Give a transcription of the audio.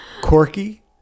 Corky